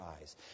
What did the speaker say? eyes